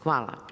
Hvala.